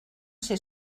ser